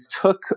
took